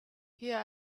here